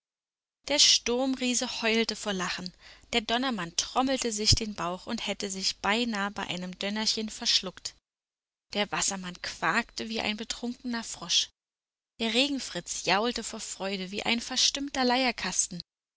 der sturmriese heulte vor lachen der donnermann trommelte sich den bauch und hätte sich beinah bei einem dönnerchen verschluckt der wassermann quakte wie ein betrunkener frosch der regenfritz jaulte vor freude wie ein verstimmter